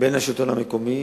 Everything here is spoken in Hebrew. בין השלטון המקומי